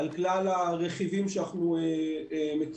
על כלל הרכיבים שאנחנו מכירים.